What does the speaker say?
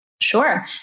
Sure